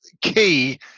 key